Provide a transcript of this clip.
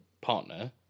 partner